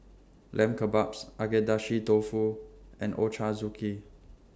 Lamb Kebabs Agedashi Dofu and Ochazuke